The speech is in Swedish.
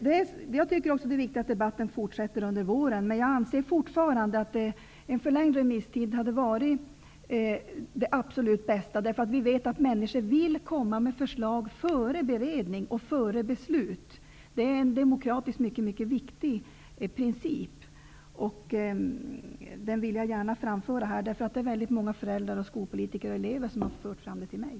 Också jag tycker att det är viktigt att debatten fortsätter under våren, men jag anser fortfarande att en förlängd remisstid hade varit det absolut bästa. Vi vet ju att människor vill komma med förslag före beredning och före beslut. Det är en demokratiskt mycket mycket viktig princip, som jag gärna vill framföra här. Det är nämligen väldigt många elever, föräldrar och skolpolitiker som har fört fram dessa tankar till mig.